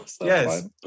Yes